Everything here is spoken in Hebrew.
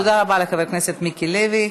תודה רבה לחבר הכנסת מיקי לוי.